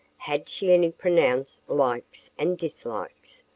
had she any pronounced likes and dislikes?